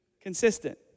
Consistent